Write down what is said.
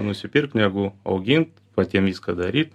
nusipirkt negu augint patiem viską daryt